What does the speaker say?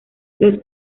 los